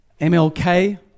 MLK